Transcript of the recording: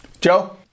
Joe